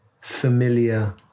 familiar